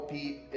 Pete